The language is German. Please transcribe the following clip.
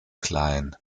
klein